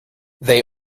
they